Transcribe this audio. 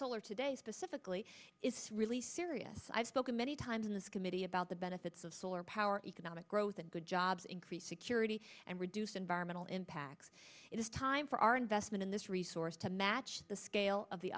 solar today specifically is really serious i've spoken many times in this committee about the benefits of solar power economic growth and good jobs increased security and reduced environmental impacts it is time for our investment in this resource to match the scale of the